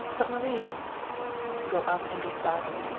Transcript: but maurice go up and be silent!